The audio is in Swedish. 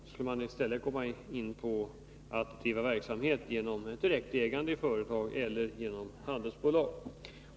Då skulle man i stället få bedriva verksamheten antingen genom direkt ägande i företag eller genom handelsbolag.